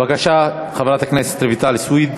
בבקשה, חברת הכנסת רויטל סויד.